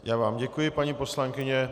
Já vám děkuji, paní poslankyně.